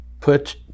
put